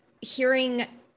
hearing